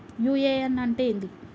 UAN అంటే ఏంది?